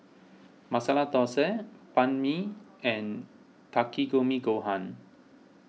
Masala Dosa Banh Mi and Takikomi Gohan